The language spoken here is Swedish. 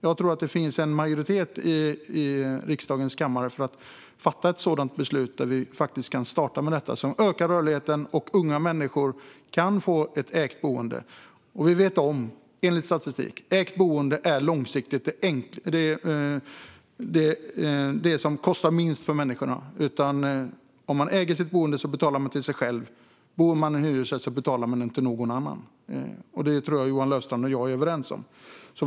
Jag tror att det finns en majoritet i riksdagens kammare för att fatta ett sådant beslut som ökar rörligheten och gör att unga människor kan få ett ägt boende. Vi vet, enligt statistik, att ägt boende är det som kostar minst för människor. Om man äger sitt boende betalar man till sig själv. Om man bor i en hyresrätt betalar man till någon annan. Det tror jag att Johan Löfstrand och jag är överens om.